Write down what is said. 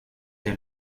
est